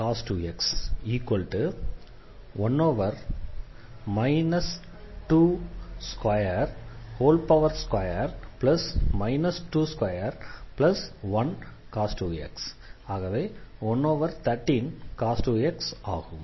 இதன் மதிப்பு 121cos 2x 113cos 2x ஆகும்